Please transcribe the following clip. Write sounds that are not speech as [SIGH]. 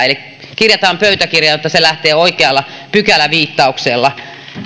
[UNINTELLIGIBLE] eli kirjataan pöytäkirjaan jotta se lähtee oikealla pykäläviittauksella